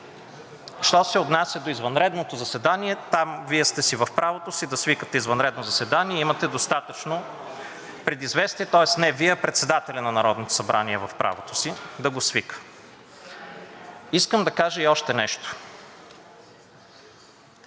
Що се отнася до извънредното заседание, там Вие сте си в правото да свикате извънредно заседание, имате достатъчно предизвестие. Тоест не Вие, а председателят на Народното събрание е в правото си да го свика. Искам да кажа и още нещо.